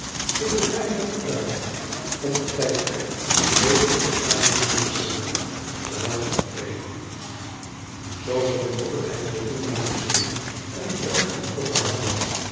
ik de vrijheid gebruikt heb om van tijd tot tijd wezenlijk bestaan hebbende personen te laten optreden zooveel mogelijk heb ik de toenmalige zeden en gebruiken in het oog gehouden